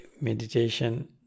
meditation